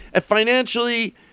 financially